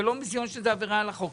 זה לא מיסיון עם עבירה על החוק.